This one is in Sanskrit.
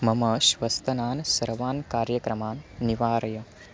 मम श्वस्तनान् सर्वान् कार्यक्रमान् निवारय